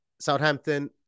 Southampton